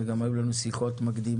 וגם היו לנו שיחות מקדימות.